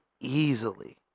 easily